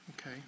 Okay